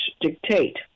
dictate